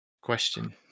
Question